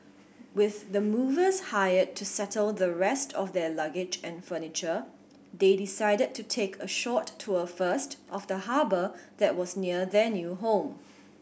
with the movers hired to settle the rest of their luggage and furniture they decided to take a short tour first of the harbour that was near their new home